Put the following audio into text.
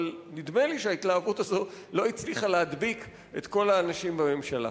אבל נדמה לי שההתלהבות הזאת לא הצליחה להדביק את כל האנשים בממשלה.